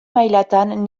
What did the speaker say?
mailatan